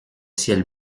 ciel